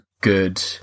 good